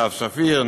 סתיו שפיר,